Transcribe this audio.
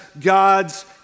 God's